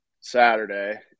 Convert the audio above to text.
saturday